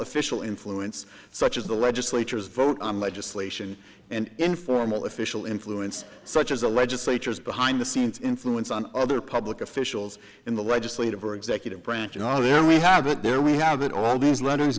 official influence such as the legislatures vote on legislation and informal official influence such as a legislature's behind the scenes influence on other public officials in the legislative or executive branch or not and we have it there we have it all these letters